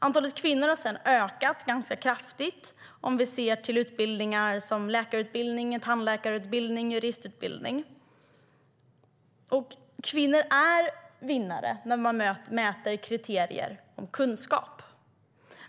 Antalet kvinnor har sedan ökat ganska kraftigt om vi ser på utbildningar som läkarutbildningen, tandläkarutbildningen och juristutbildningen. Kvinnor är vinnare när man mäter kriterier för kunskap.